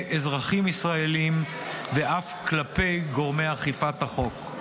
אזרחים ישראלים ואף כלפי גורמי אכיפת החוק.